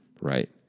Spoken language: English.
Right